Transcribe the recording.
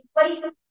place